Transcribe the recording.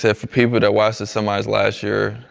ah for people that watched the semis last year,